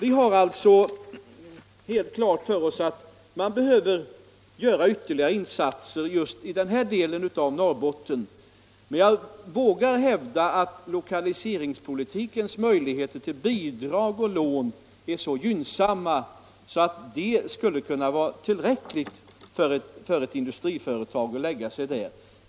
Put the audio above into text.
Vi har alltså helt klart för oss att ytterligare insatser behöver göras just i denna del av Norrbotten, men jag vågar hävda att de bidrag och lån som erbjuds i lokaliseringspolitiskt syfte är så gynnsamma att de skulle kunna vara tillräckliga för att förmå ett industriföretag att etablera sig där.